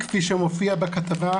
כפי שמופיע בכתבה,